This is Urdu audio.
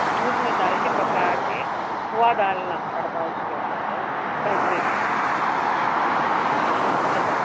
دودھ میں ڈال کے پکا کے کھوا ڈالنا پڑتا اس کے اوپر تو بہترین ہوتا جزاک اللہ